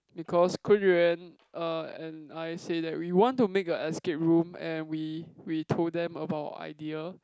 because Kun-Yuan er and I say that we want to make a escape room and we we told them about our idea